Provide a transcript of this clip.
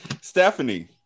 stephanie